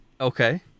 Okay